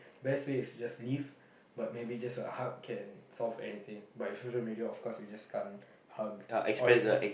best way is to just leave but maybe just a hug can solve everything but on social media of course you just can't hug all